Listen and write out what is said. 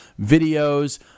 videos